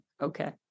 okay